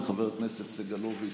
חבר הכנסת סגלוביץ'